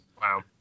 Wow